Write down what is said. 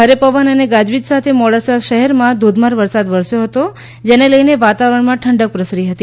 ભારે પવન અને ગાજવીજ સાથે મોડાસા શહેરમાં ધોધમાર વરસાદ વરસ્યો હતો જેને લઇને વાતાવરણમાં ઠંડક પ્રસરી હતી